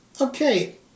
Okay